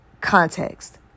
context